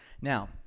Now